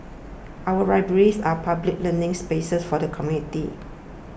our libraries are public learning spaces for the community